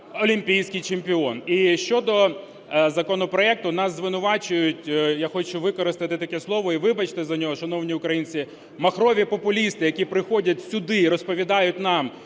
олімпійський чемпіон. І щодо законопроекту. Нас звинувачують, я хочу використати таке слово, і вибачте за нього, шановні українці, махрові популісти, які приходять сюди і розповідають нам,